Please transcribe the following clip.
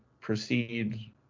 proceed